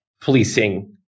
policing